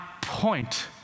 point